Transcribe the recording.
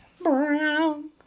brown